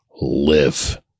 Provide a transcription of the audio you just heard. live